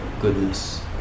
goodness